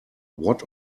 what